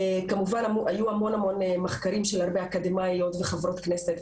כמובן היו המון מחקרים של אקדמאיות וחברות כנסת,